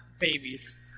babies